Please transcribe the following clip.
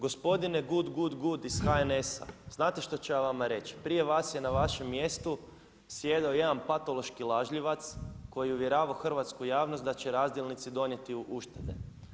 Gospodine good, good, good iz HNS-a znate šta ću ja vama reći, prije vas je na vašem mjestu sjedio jedan patološki lažljivac koji je uvjeravao hrvatsku javnost da će razdjelnici donijeti uštede.